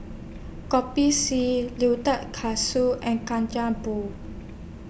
Kopi C Katsu and Kacang Pool